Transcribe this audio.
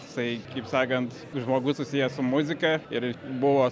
jisai kaip sakant žmogus susijęs su muzika ir buvo